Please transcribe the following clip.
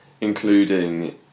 including